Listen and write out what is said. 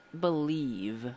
believe